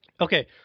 Okay